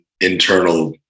internal